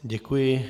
Děkuji.